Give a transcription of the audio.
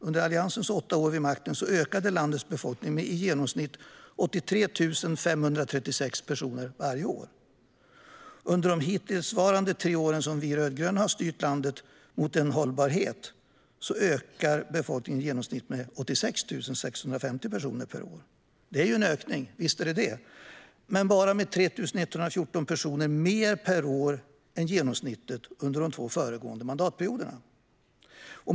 Under Alliansens åtta år vid makten ökade landets befolkning med i genomsnitt 83 536 personer årligen. Under de hittillsvarande tre år som vi rödgröna har styrt landet mot en hållbarhet har ökningen varit i genomsnitt 86 650 personer per år. Visst är det en ökning, men bara med 3 114 personer mer per år än genomsnittet under de två föregående mandatperioderna.